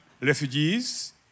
refugees